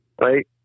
right